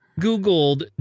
googled